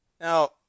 Now